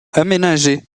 aménagés